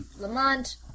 Lamont